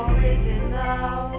Original